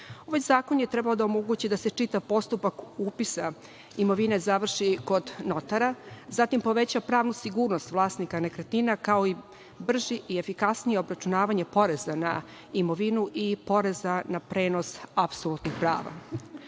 zakon je trebao da omogući da se čitav postupak upisa imovine završi kod notara, zatim, poveća pravnu sigurnost vlasnika nekretnina, kao i brže i efikasnije obračunavanje poreza na imovinu i poreza na prenos apsolutnih